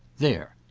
there!